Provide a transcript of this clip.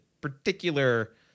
particular